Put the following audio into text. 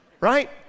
right